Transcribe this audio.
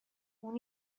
اون